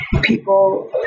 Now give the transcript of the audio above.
People